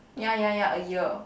yeah yeah yeah a year